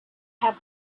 have